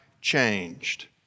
changed